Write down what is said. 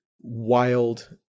wild